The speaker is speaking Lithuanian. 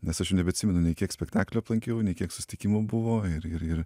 nes aš jau nebeatsimenu nei kiek spektaklių aplankiau nei kiek susitikimų buvo ir ir ir